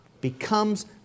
becomes